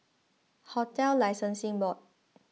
Hotel Licensing Board